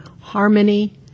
Harmony